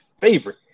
favorite